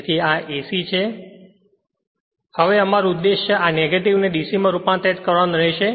તેથી આ AC છે હવે અમારું ઉદ્દેશ આ નેગેટીવને DC માં રૂપાંતરિત કરવાનો રહેશે